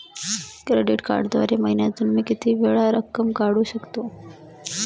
Credit कार्डद्वारे महिन्यातून मी किती वेळा रक्कम काढू शकतो?